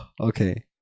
okay